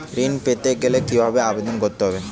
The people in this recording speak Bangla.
ঋণ পেতে গেলে কিভাবে আবেদন করতে হবে?